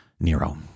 Nero